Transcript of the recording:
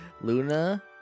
Luna